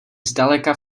zdaleka